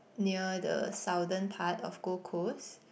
near the southern part of Gold Coast